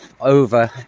over